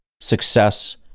success